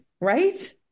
right